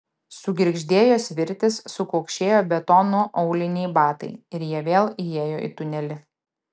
sugirgždėjo svirtys sukaukšėjo betonu auliniai batai ir jie vėl įėjo į tunelį